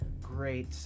great